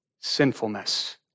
sinfulness